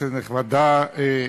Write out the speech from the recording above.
כנסת נכבדה,